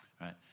right